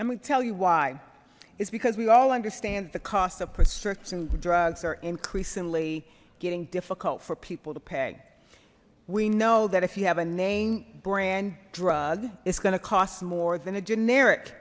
we tell you why it's because we all understands the cost of prescription drugs are increasingly getting difficult for people to pay we know that if you have a name brand drug it's gonna cost more than a generic